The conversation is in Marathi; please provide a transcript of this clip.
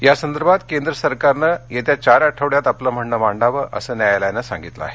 यासंदर्भात केंद्र सरकारनं येत्या चार आठवड्यात आपलं म्हणणं मांडावं असं न्यायालयानं सांगितलं आहे